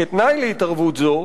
כתנאי להתערבות זו,